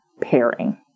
pairing